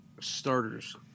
starters